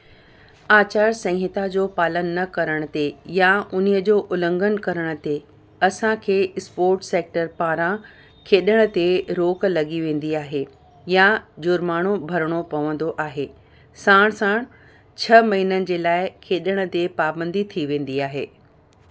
आचार संहिता जो पालन न करण ते या उन जो उल्लंघन करण ते असांखे स्पोट सेक्टर पारां खेॾण ते रोक लॻी वेंदी आहे या जुर्मानो भरिणो पवंदो आहे साण साण छह महिननि जे लाइ खेॾण ते पाबंदी थी वेंदी आहे